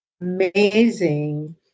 amazing